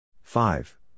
Five